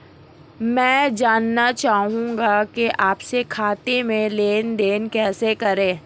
मैं जानना चाहूँगा कि आपसी खाते में लेनदेन कैसे करें?